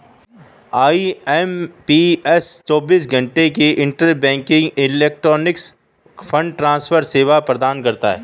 IMPS चौबीस घंटे की इंटरबैंक इलेक्ट्रॉनिक फंड ट्रांसफर सेवा प्रदान करता है